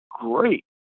great